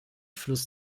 fluss